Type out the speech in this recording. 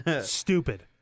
Stupid